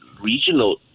regional